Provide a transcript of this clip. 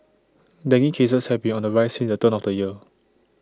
dengue cases have been on the rise since the turn of the year